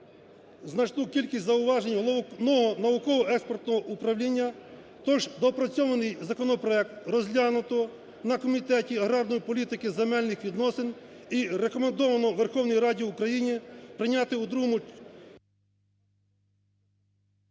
значну кількість зауважень Головного науково-експертного управління. Тож доопрацьований законопроект розглянуто на Комітеті аграрної політики, земельних відносин і рекомендовано Верховній Раді України прийняти у другому…